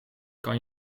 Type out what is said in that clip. kan